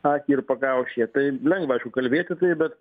akį ir pakaušyje taip lengva aišku kalbėti bet